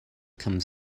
comes